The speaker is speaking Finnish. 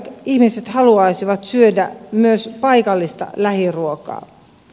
ihmiset haluaisivat syödä myös paikallista lähiruokaa